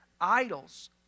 idols